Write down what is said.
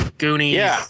Goonies